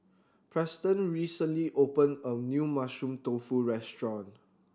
Preston recently opened a new Mushroom Tofu restaurant